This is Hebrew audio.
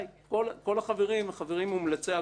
כל החברים מומלצי אגודה,